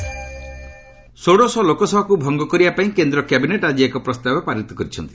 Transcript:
cabinet ଷୋଡ଼ଶ ଲୋକସଭାକୁ ଭଙ୍ଗ କରିବା ପାଇଁ କେନ୍ଦ୍ର କ୍ୟାବିନେଟ୍ ଆଜି ଏକ ପ୍ରସ୍ତାବ ପାରିତ କରିଛି